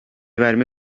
verme